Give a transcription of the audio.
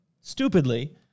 stupidly